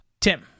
Tim